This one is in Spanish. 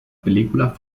película